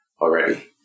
already